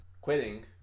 quitting